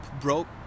broke